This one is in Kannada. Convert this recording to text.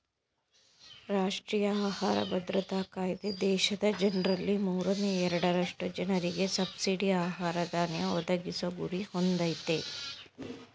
ರಾಷ್ಟ್ರೀಯ ಆಹಾರ ಭದ್ರತಾ ಕಾಯ್ದೆ ದೇಶದ ಜನ್ರಲ್ಲಿ ಮೂರನೇ ಎರಡರಷ್ಟು ಜನರಿಗೆ ಸಬ್ಸಿಡಿ ಆಹಾರ ಧಾನ್ಯ ಒದಗಿಸೊ ಗುರಿ ಹೊಂದಯ್ತೆ